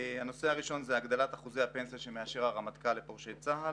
הנושא הראשון הוא הגדלת אחוזי הפנסיה שמאשר הרמטכ"ל לפורשי צה"ל.